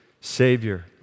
Savior